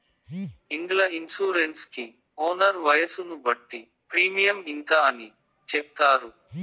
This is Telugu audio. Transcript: ఇండ్ల ఇన్సూరెన్స్ కి ఓనర్ వయసును బట్టి ప్రీమియం ఇంత అని చెప్తారు